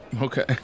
Okay